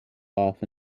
off